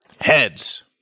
heads